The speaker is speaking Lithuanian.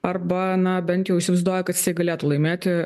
arba na bent jau įsivaizduoja kad jisai galėtų laimėti